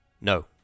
No